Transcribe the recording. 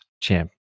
champ